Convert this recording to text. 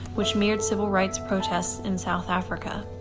which mirrored civil rights protests in south africa.